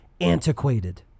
antiquated